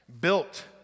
built